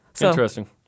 Interesting